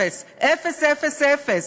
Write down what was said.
אפס,